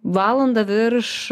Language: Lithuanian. valanda virš